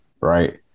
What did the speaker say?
right